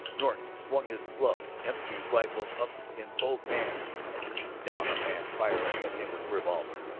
norton swung his clubbed empty rifle up in both hands and beat down a man firing at him with a revolver.